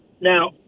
now